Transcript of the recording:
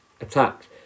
attacked